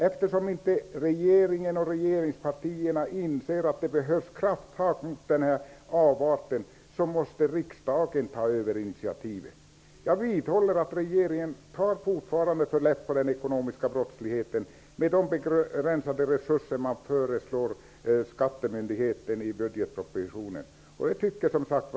Eftersom regeringspartierna inte inser att det behövs krafttag när det gäller denna avart måste riksdagen ta intitiativ här. Jag vidhåller alltså att regeringen fortfarande tar för lätt på detta med den ekonomiska brottsligheten i och med de begränsade resurser som man i budgetpropositionen föreslår att skattemyndigheten skall få.